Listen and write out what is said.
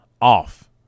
off